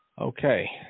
Okay